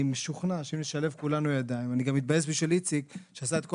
אני גם אתבאס בשביל איציק שעשה את כל